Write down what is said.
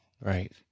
Right